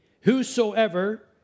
Whosoever